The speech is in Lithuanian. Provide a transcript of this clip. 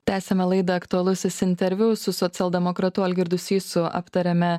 tęsiame laidą aktualusis interviu su socialdemokratu algirdu sysu aptariame